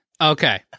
Okay